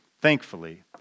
thankfully